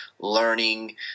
learning